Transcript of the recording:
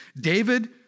David